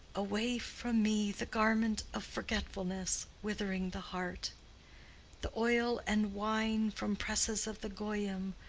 away from me the garment of forgetfulness. withering the heart the oil and wine from presses of the goyim,